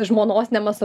žmonos nemasa